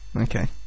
okay